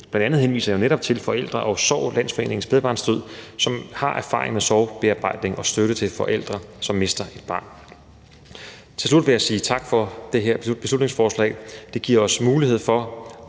bl.a. netop henviser til Forældre & Sorg – Landsforeningen Spædbarnsdød, som har erfaring med sorgbearbejdning og støtte til forældre, som mister et barn. Til slut vil jeg sige tak for det her beslutningsforslag. Det giver os mulighed for